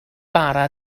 bara